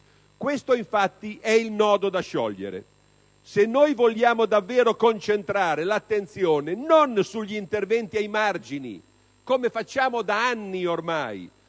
Questo infatti è il nodo da sciogliere: se noi vogliamo davvero concentrare l'attenzione non sugli interventi ai margini, come facciamo da anni ormai,